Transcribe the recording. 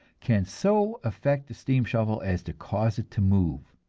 can so affect a steam shovel as to cause it to move.